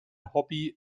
hobby